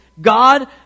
God